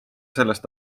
sellest